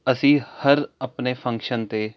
ਅਸੀਂ ਹਰ ਆਪਣੇ ਫੰਕਸ਼ਨ 'ਤੇ